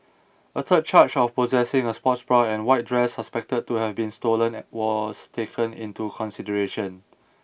a third charge of possessing a sports bra and white dress suspected to have been stolen was taken into consideration